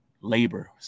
labor